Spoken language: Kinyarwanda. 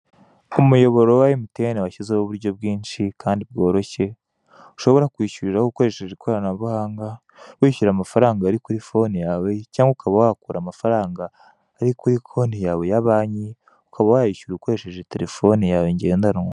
Umuyoboro wa emutiyene washyizeho uburyo bewinshi kandi bworoshye, ushobora kwishyuraho ukoresheje ikoranabuhanga , wishyura amafaranga ari kuri fone yawe cyangwa ukaba wakura amafaranga aari kuri konte yawe ya banki, ukaba wayishyura ukoresheje terefone yawe ngendanwa.